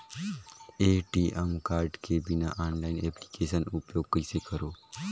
ATM card के बिना online application उपयोग कइसे करो?